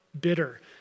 bitter